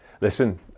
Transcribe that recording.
Listen